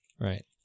Right